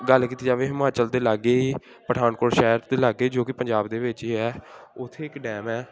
ਗੱਲ ਕੀਤੀ ਜਾਵੇ ਹਿਮਾਚਲ ਦੇ ਲਾਗੇ ਹੀ ਪਠਾਨਕੋਟ ਸ਼ਹਿਰ ਦੇ ਲਾਗੇ ਜੋ ਕਿ ਪੰਜਾਬ ਦੇ ਵਿੱਚ ਹੀ ਹੈ ਉੱਥੇ ਇੱਕ ਡੈਮ ਹੈ